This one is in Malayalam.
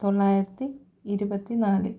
തൊള്ളായിരത്തി ഇരുപത്തി നാല്